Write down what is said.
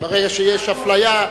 שברגע שיש אפליה,